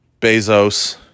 bezos